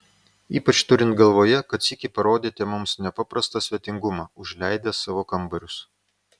ypač turint galvoje kad sykį parodėte mums nepaprastą svetingumą užleidęs savo kambarius